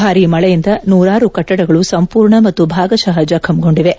ಭಾರೀ ಮಳೆಯಿಂದ ನೂರಾರು ಕಟ್ಟದಗಳು ಸಂಪೂರ್ಣ ಮತ್ತು ಭಾಗಶಃ ಜಖಂಗೊಂಡಿವೆ